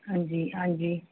हां जी हां जी